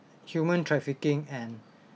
human trafficking and